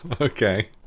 okay